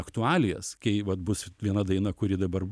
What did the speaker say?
aktualijas kai vat bus viena daina kuri dabar